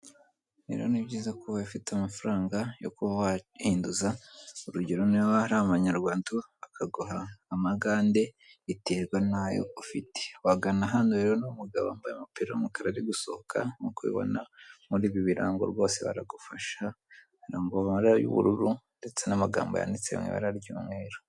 Rero ni byiza kuba bafite amafaranga yo kubahinduza, urugero niba hari amanyarwanda bakaguha amagande, biterwa n'ayo ufite. Wagana hano rero uno mugabo wambaye umupira w'umukara ari gusohoka, murabibona muri ibi birango rwose baragufasha, hari amabara y'ubururu ndetse n'amagambo yanditse mu ibara ry'umweru.